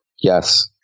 Yes